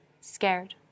scared